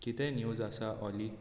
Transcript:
कितें न्यूज आसा ऑली